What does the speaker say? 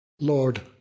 Lord